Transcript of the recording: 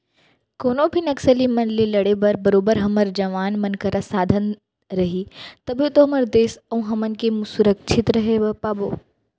कोनो भी नक्सली मन ले लड़े बर बरोबर हमर जवान मन करा साधन रही तभे तो हमर देस अउ हमन बने सुरक्छित रहें पाबो